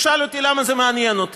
הוא שאל אותי למה זה מעניין אותי,